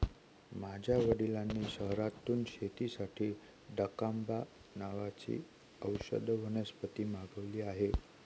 माझ्या वडिलांनी शहरातून शेतीसाठी दकांबा नावाची औषधी वनस्पती मागवली आहे